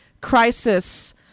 crisis